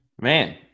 Man